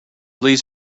leads